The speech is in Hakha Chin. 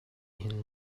hin